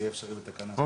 אולי זה יאושר בתקנה בסוף.